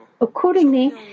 Accordingly